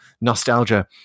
nostalgia